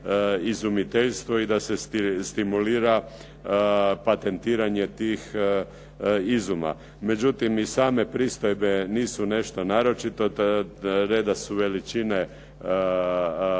izumiteljstvo i da se stimulira patentiranje tih izuma. Međutim i same pristojbe nisu nešto naročito … /Govornik